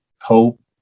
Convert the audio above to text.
hope